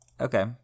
Okay